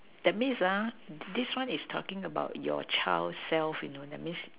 that means ah this one is talking about your child self you know that means